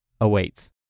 awaits